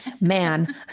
man